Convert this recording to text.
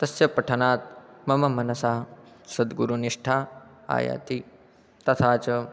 तस्य पठनात् मम मनसा सद्गुरुनिष्ठा आयाति तथा च